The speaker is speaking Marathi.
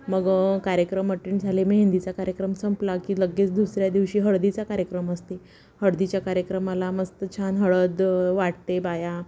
मग कार्यक्रम अटेंड झाले मेहेंदीचा कार्यक्रम संपला की लगेच दुसऱ्या दिवशी हळदीचा कार्यक्रम असते हळदीच्या कार्यक्रमाला मस्त छान हळद वाटते बाया